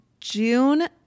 June